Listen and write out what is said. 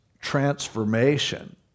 transformation